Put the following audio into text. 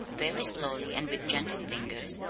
very slowly, and with gentle fingers,